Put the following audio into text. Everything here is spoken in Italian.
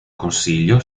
consiglio